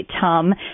Tom